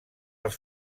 els